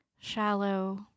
shallow